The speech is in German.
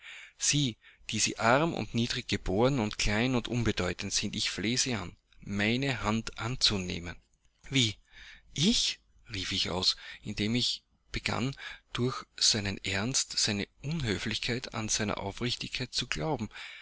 sie die sie arm und niedrig geboren und klein und unbedeutend sind ich flehe sie an meine hand anzunehmen wie ich rief ich aus indem ich begann durch seinen ernst seine unhöflichkeit an seine aufrichtigkeit zu glauben